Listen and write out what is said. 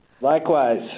Likewise